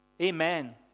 amen